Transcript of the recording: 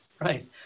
right